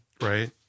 Right